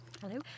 Hello